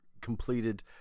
completed